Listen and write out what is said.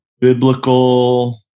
Biblical